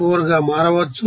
74 గా మారవచ్చు